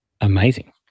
Amazing